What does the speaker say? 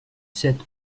sept